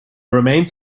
remains